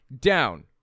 down